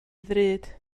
ddrud